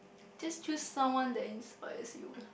just choose someone that inspires you